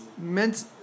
meant